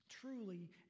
truly